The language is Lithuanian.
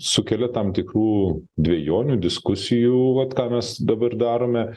sukelia tam tikrų dvejonių diskusijų vat ką mes dabar darome